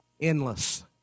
Endless